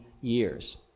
years